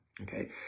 okay